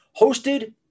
hosted